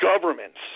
governments